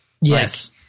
Yes